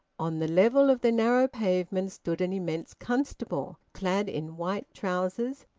on the level of the narrow pavement stood an immense constable, clad in white trousers,